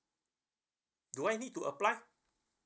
do I need to apply